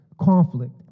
conflict